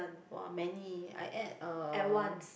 !wah! many I ate uh